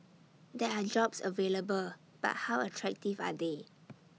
there are jobs available but how attractive are they